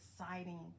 exciting